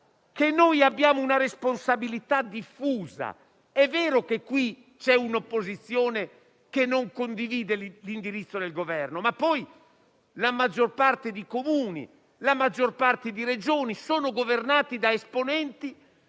che noi abbiamo una responsabilità diffusa. È vero che qui c'è un'opposizione che non condivide l'indirizzo del Governo, ma poi la maggior parte dei Comuni e delle Regioni è governata da esponenti